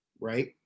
right